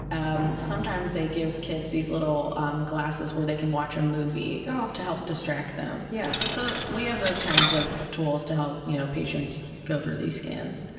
um sometimes they give kids these little glasses where they can watch a movie to help distract them. yeah so we have those kinds of tools to help you know patients go through these scans.